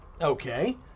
Okay